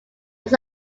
was